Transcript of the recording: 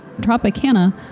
Tropicana